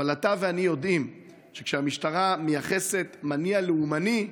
אבל אתה ואני יודעים שכשהמשטרה מייחסת מניע לאומני,